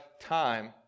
time